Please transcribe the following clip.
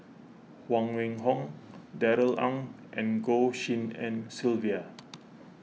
Huang Wenhong Darrell Ang and Goh Tshin En Sylvia